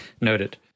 Noted